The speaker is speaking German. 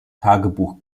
tagebuch